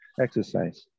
exercise